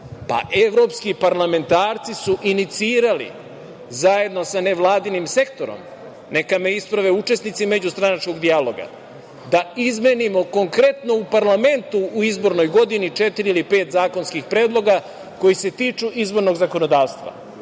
dijalogu? Evropski parlamentarci su inicirali zajedno sa nevladinim sektorom, neka me isprave učesnici međustranačkog dijaloga, da izmenimo konkretno u parlamentu u izbornoj godini četiri ili pet zakonskih predloga koji se tiču izbornog zakonodavstva.